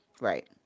Right